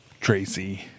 Tracy